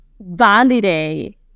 validate